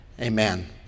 amen